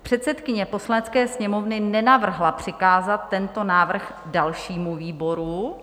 Předsedkyně Poslanecké sněmovny nenavrhla přikázat tento návrh dalšímu výboru.